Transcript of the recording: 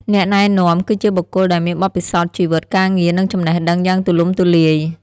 អ្នកណែនាំ គឺជាបុគ្គលដែលមានបទពិសោធន៍ជីវិត ការងារ និងចំណេះដឹងយ៉ាងទូលំទូលាយ។